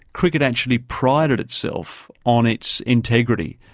cricket actually prided itself on its integrity,